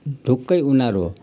ढुक्कै उनीहरू